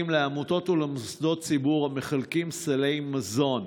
לעמותות ולמוסדות ציבור המחלקים סלי מזון,